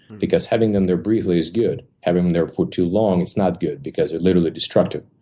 because having them there briefly is good. having them there for too long, it's not good, because they're literally destructive.